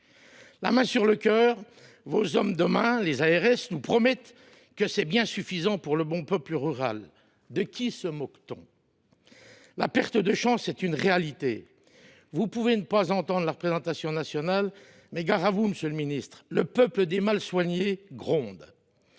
La main sur le cœur, vos hommes de main, les responsables des ARS, nous promettent que c’est bien suffisant pour le bon peuple rural. De qui se moque t on ? La perte de chance est une réalité. Vous pouvez ne pas entendre la représentation nationale, mais gare à vous, monsieur le ministre, car le peuple des mal soignés gronde.